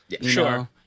Sure